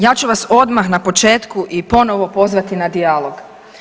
Ja ću vas odmah na početku i ponovno pozvati na dijalog.